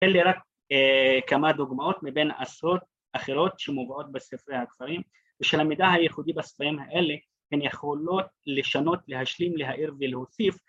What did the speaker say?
‫תן לי רק כמה דוגמאות ‫מבין עשרות אחרות שמובאות בספרי הדברים, ‫ושלמידה הייחודית בספרים האלה ‫הן יכולות לשנות, להשלים, להעיר ולהוסיף.